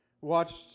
watched